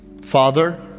Father